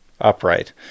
upright